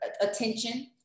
attention